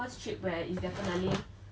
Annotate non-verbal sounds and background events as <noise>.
<noise>